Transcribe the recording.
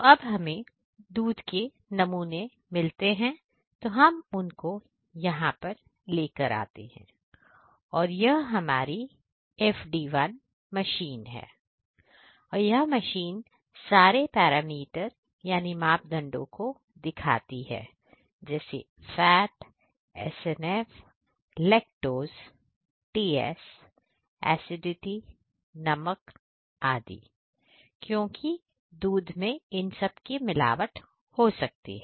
तो अब हमें दूध के नमूने मिलते हैं तो हम उनको यहां पर लेकर आते हैं और यह हमारी FD1 मशीन है और यह मशीन सारे पैरामीटर यानी मापदंडों को दिखाती है जैसे Fat SNF lactose TS acidity नमक आदि क्योंकि दूध में इन सब की मिलावट हो सकती है